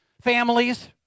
families